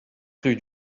rue